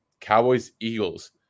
Cowboys-Eagles